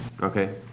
Okay